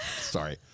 Sorry